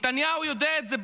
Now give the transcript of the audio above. נתניהו יודע את זה,